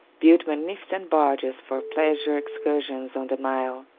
built magnificent barges for pleasure excursions on the nile,